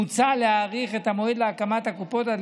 מוצע להאריך את המועד להקמת הקופות עד